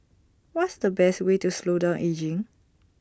what's the best way to slow down ageing